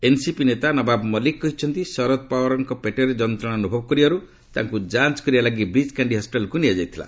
NCP ନେତା ନବାବ ମଲ୍ଲିକ କହିଛନ୍ତି ଶରଦ ପାୱାର୍ ପେଟରେ ଯନ୍ତ୍ରଣା ଅନୁଭବ କରିବାରୁ ତାଙ୍କୁ ଯାଞ୍ଚ କରିବା ଲାଗି ବ୍ରିଚ୍ କାଣ୍ଡି ହସ୍ୱିଟାଲ୍କୁ ନିଆଯାଇଥିଲା